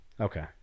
Okay